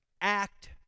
Act